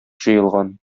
җыелган